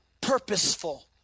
purposeful